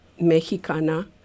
mexicana